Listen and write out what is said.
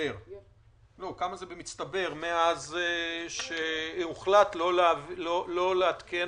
כמה זה במצטבר מאז שהוחלט שלא לעדכן